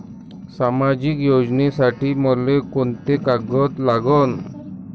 सामाजिक योजनेसाठी मले कोंते कागद लागन?